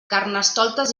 carnestoltes